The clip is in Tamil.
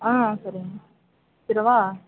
ஆ சரிங்க வச்சிரவா